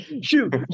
Shoot